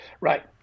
Right